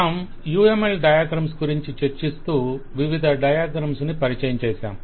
మనం UML diagrams గురించి చర్చిస్తూ వివిధ డయాగ్రమ్స్ ని పరిచయంచేశాం